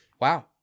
Wow